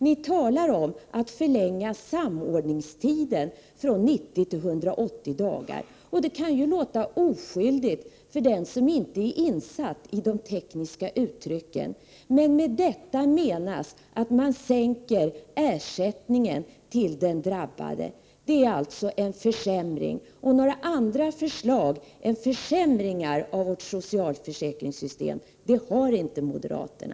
Ni talar om att förlänga samordningstiden från 90 till 180 dagar. Det kan låta oskyldigt för den som inte är insatt i de tekniska uttrycken. Men med detta menas att ersättningen till den drabbade sänks. Det är alltså en försämring. Några andra förslag än försämringar av socialförsäkringssystemet har inte moderaterna.